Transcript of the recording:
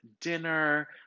dinner